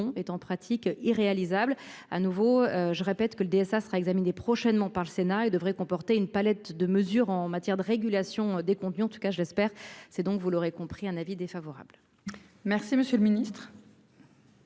étant en pratique irréalisable à nouveau. Je répète que le DSA sera examiné prochainement par le Sénat et devrait comporter une palette de mesures en matière de régulation des contenus en tout cas je l'espère. C'est donc, vous l'aurez compris, un avis défavorable. Merci, monsieur le Ministre.